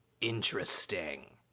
Interesting